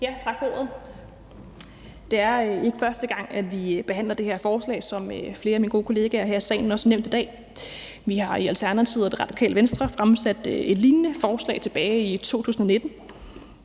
Tak for ordet. Det er ikke første gang, at vi behandler sådan et forslag, som flere af mine gode kollegaer her i salen også har nævnt i dag. Vi har i Alternativet og Radikale Venstre fremsat et lignende forslag tilbage i 2019,